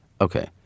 Okay